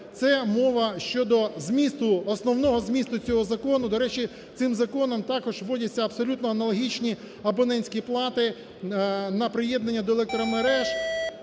Це мова щодо змісту, основного змісту цього закону. До речі, цим законом також вводяться абсолютно аналогічні абонентські плати на приєднання до електромереж,